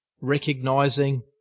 recognizing